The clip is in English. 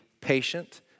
patient